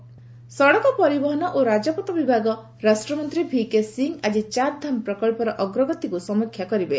ଗମେଣ୍ଟ ଚାରଧାମ ସଡ଼କ ପରିବହନ ଓ ରାଜପଥ ବିଭାଗ ରାଷ୍ଟ୍ରମନ୍ତ୍ରୀ ଭିକେ ସି ଆଜି ଚାର୍ଧାମ ପ୍ରକଳ୍ପର ଅଗ୍ରଗତିକୁ ସମୀକ୍ଷା କରିବେ